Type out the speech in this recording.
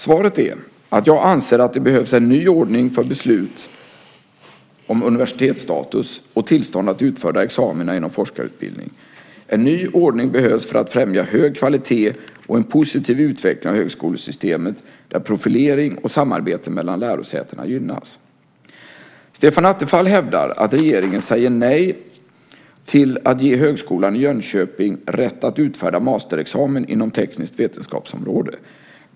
Svaret är att jag anser att det behövs en ny ordning för beslut om universitetsstatus och tillstånd att utfärda examina inom forskarutbildning. En ny ordning behövs för att främja hög kvalitet och en positiv utveckling av högskolesystemet där profilering och samarbete mellan lärosäten gynnas. Stefan Attefall hävdar att regeringen säger nej till att ge Högskolan i Jönköping rätt att utfärda masterexamen inom tekniskt vetenskapsområde.